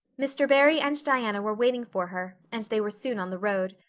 mr. barry and diana were waiting for her, and they were soon on the road.